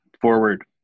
forward